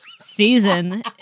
season